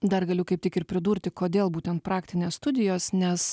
dar galiu kaip tik ir pridurti kodėl būtent praktinės studijos nes